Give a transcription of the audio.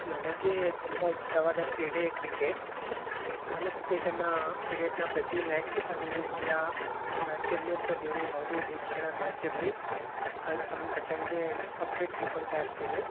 ನನಗೆ ತುಂಬ ಇಷ್ಟವಾದ ಕ್ರೀಡೆ ಕ್ರಿಕೆಟ್ ನಾನು ಕ್ರಿಕೆಟನ್ನು ಕ್ರಿಕೆಟ್ನ ಪ್ರತಿ ಮ್ಯಾಚ್ ಅದು ಇಂಡಿಯಾ ಮ್ಯಾಚ್ ಇರಲಿ ಅಥವಾ ಬೇರೆ ಯಾವುದೇ ದೇಶಗಳ ಮ್ಯಾಚ್ ಇರಲಿ ಅದಕ್ಕೆ ಸಂಬಂಧಪಟ್ಟಂಗೆ ಅಪ್ಡೇಟ್ ತಿಳ್ಕೊತಾ ಇರ್ತೀನಿ